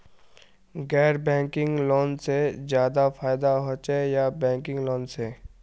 गैर banking loan से ज्यादा फायदा होचे या बैंकिंग लोन से?